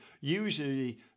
usually